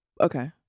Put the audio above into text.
okay